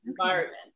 environment